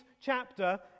chapter